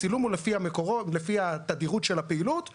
הצילום הוא לפי התדירות של הפעילות העבריינית,